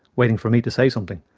waiting for me to say something.